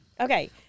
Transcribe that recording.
Okay